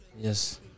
Yes